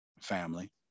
family